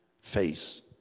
face